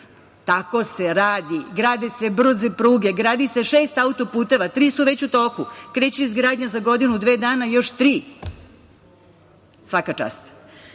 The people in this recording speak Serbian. Tako se radi. Grade se brze pruge, gradi se šest autoputeva, tri su već u toku, kreće izgradnja za godinu, dve dana još tri. Svaka čast. Što